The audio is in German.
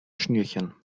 schnürchen